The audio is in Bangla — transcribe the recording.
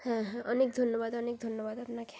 হ্যাঁ হ্যাঁ অনেক ধন্যবাদ অনেক ধন্যবাদ আপনাকে